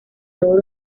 todos